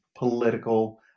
Political